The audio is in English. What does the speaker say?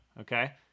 Okay